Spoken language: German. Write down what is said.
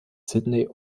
sydney